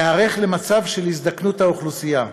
להיערך למצב של הזדקנות האוכלוסייה,